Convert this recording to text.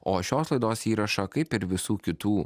o šios laidos įrašą kaip ir visų kitų